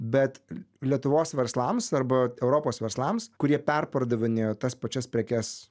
bet lietuvos verslams arba europos verslams kurie perpardavinėjo tas pačias prekes